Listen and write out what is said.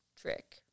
trick